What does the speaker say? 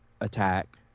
Attack